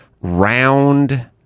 round